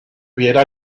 hubiera